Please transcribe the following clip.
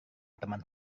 teman